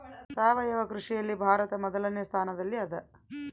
ಸಾವಯವ ಕೃಷಿಯಲ್ಲಿ ಭಾರತ ಮೊದಲನೇ ಸ್ಥಾನದಲ್ಲಿ ಅದ